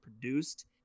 produced